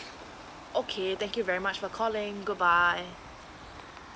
okay thank you very much for calling good bye